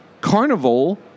Carnival